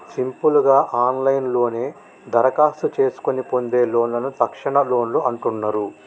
simple గా ఆన్లైన్లోనే దరఖాస్తు చేసుకొని పొందే లోన్లను తక్షణలోన్లు అంటున్నరు